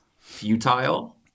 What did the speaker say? futile